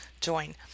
join